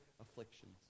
afflictions